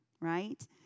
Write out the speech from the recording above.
right